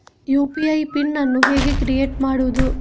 UPI PIN ಅನ್ನು ಹೇಗೆ create ಮಾಡುದು?